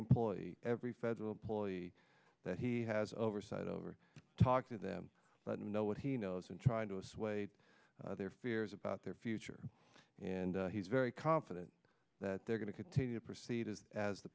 employee every federal employee that he has oversight over to talk to them let him know what he knows and trying to assuage their fears about their future and he's very confident that they're going to continue to proceed as as the